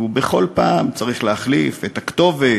ובכל פעם צריך להחליף את הכתובת.